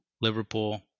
Liverpool